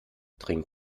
trinkt